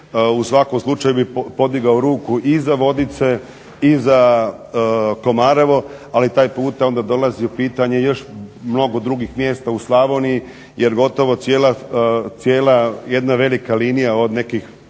U svakom slučaju bih podigao ruku i za Vodice i za Komarevo ali taj puta onda dolazi u pitanje još mnogo drugih mjesta u Slavoniji jer gotovo cijela jedna velika linija od nekih